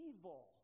evil